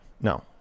No